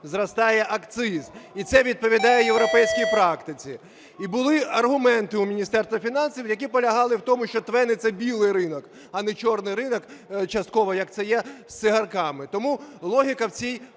зростає акциз. І це відповідає європейській практиці. І були аргументи у Міністерства фінансів, які полягали в тому, що ТВЕНи – це білий ринок, а не чорний ринок, частково як це є з цигарками. Тому логіка в цій